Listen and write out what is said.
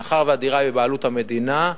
מאחר שהדירה היא בבעלות המדינה,